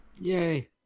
Yay